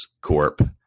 corp